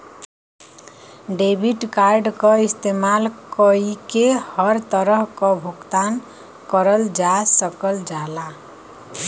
debit card क इस्तेमाल कइके हर तरह क भुगतान करल जा सकल जाला